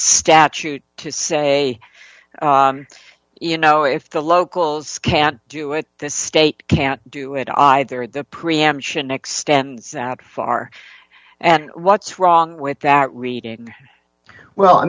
statute say you know if the locals can't do it the state can't do it either at the preemption extends that far and what's wrong with that reading well i